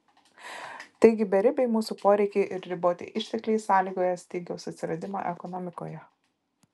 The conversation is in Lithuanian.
taigi beribiai mūsų poreikiai ir riboti ištekliai sąlygoja stygiaus atsiradimą ekonomikoje